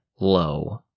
low